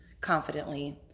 confidently